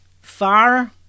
far